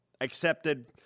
accepted